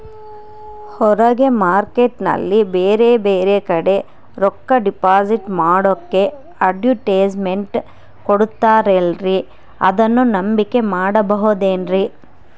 ಹೊರಗೆ ಮಾರ್ಕೇಟ್ ನಲ್ಲಿ ಬೇರೆ ಬೇರೆ ಕಡೆ ರೊಕ್ಕ ಡಿಪಾಸಿಟ್ ಮಾಡೋಕೆ ಅಡುಟ್ಯಸ್ ಮೆಂಟ್ ಕೊಡುತ್ತಾರಲ್ರೇ ಅದನ್ನು ನಂಬಿಕೆ ಮಾಡಬಹುದೇನ್ರಿ?